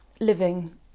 living